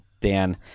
Dan